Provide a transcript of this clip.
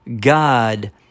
God